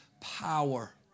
power